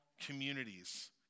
communities